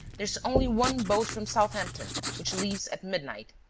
there's only one boat from southampton, which leaves at midnight.